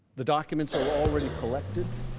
the documents are already collected,